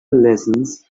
lessons